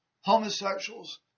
homosexuals